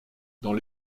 dans